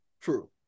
True